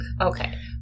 Okay